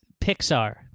Pixar